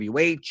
WH